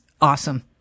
awesome